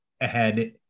ahead